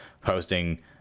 posting